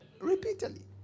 Repeatedly